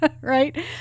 right